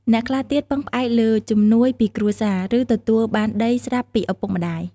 អ្នកខ្លះទៀតពឹងផ្អែកលើជំនួយពីគ្រួសារ ឬ ទទួលបានដីស្រាប់ពីឪពុកម្ដាយ។